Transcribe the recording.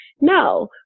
no